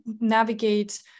navigate